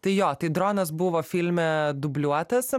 tai jo tai dronas buvo filme dubliuotas